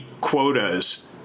quotas